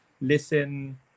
listen